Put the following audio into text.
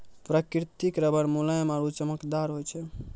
प्रकृतिक रबर मुलायम आरु चमकदार होय छै